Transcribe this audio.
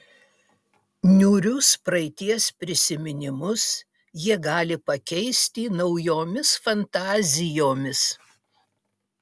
niūrius praeities prisiminimus jie gali pakeisti naujomis fantazijomis